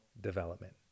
development